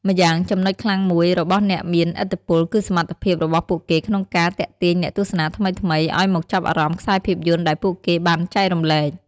ម្យ៉ាងចំណុចខ្លាំងមួយរបស់អ្នកមានឥទ្ធិពលគឺសមត្ថភាពរបស់ពួកគេក្នុងការ ទាក់ទាញអ្នកទស្សនាថ្មីៗ ឱ្យមកចាប់អារម្មណ៍ខ្សែភាពយន្តដែលពូកគេបានចែករំលែក។